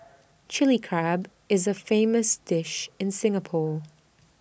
Chilli Crab is A famous dish in Singapore